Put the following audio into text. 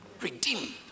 Redeem